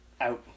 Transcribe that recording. out